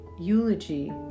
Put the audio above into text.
eulogy